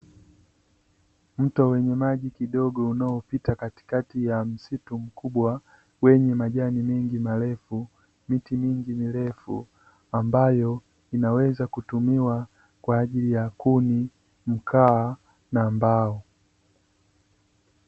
Mto wenye maji kidogo unaopita katikati ya msitu mkubwa wenye majani mengi marefu, miti mingi mirefu ambayo inaweza kutumiwa kwa ajili ya kuni, mkaa na mbao.